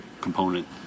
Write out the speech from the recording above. component